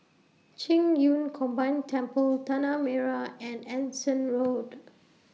Qing Yun Combined Temple Tanah Merah and Anson Road